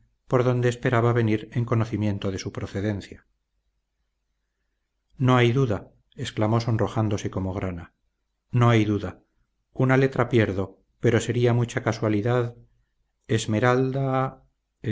por donde esperaba venir en conocimiento de su procedencia no hay duda exclamó sonrojándose como grana no hay duda una letra pierdo pero sería mucha casualidad esmeralda